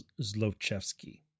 Zlochevsky